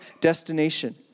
destination